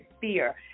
fear